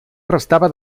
restava